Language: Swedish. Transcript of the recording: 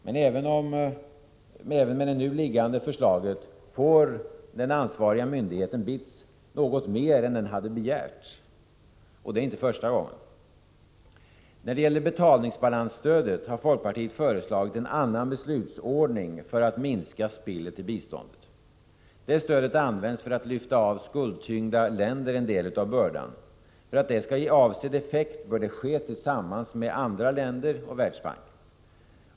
Men även med det nu liggande förslaget får den ansvariga myndigheten, BITS, något mer än den hade begärt — och det är inte första gången. När det gäller betalningsbalansstödet har folkpartiet föreslagit en annan beslutsordning för att minska spillet i biståndet. Det stödet används för att lyfta av skuldtyngda länder en del av bördan. För att det skall ge avsedd effekt bör det ske tillsammans med andra länder och Världsbanken.